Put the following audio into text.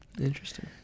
Interesting